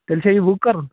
تیٚلہِ چھا یہِ بُک کَرُن